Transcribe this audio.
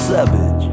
Savage